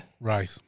Right